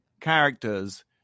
characters